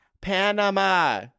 Panama